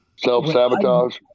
self-sabotage